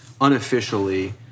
unofficially